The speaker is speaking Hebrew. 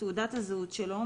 תעודת הזהות שלו,